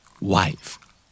Wife